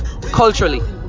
culturally